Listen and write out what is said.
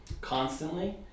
Constantly